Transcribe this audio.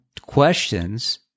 questions